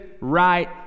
right